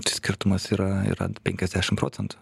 tai skirtumas yra yra penkiasdešimt procentų